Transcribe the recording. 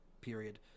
period